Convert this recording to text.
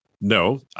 No